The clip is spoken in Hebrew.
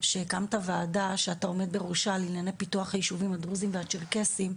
שהקמת ועדה שאתה עומד בראשה לענייני פיתוח הישובים הדרוזים והצ'רקסיים,